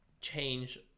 change